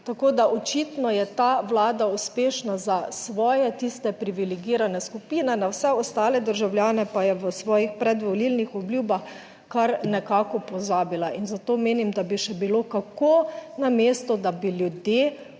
(nadaljevanje) je ta Vlada uspešna za svoje, tiste privilegirane skupine, na vse ostale državljane pa je v svojih predvolilnih obljubah kar nekako pozabila in zato menim, da bi še bilo kako na mestu, da bi ljudje